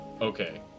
okay